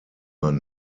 man